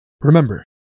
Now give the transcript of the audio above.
Remember